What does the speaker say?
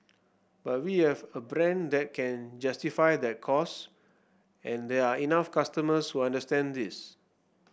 but we have a brand that can justify that cost and there are enough customers who understand this